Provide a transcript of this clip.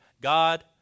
God